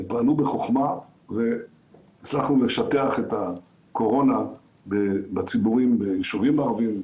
הם פעלו בחכמה והצלחנו לשטח את הקורונה בציבור ביישובים הערבים,